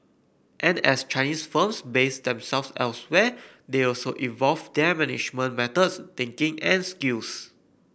and as Chinese firms base themselves elsewhere they also evolve their management methods thinking and skills